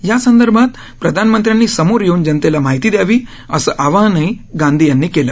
यासंदर्भात प्रधानमंत्र्यांनी समोर येऊन जनतेला माहिती द्यावी असं आवाहनही गांधी यांनी केलं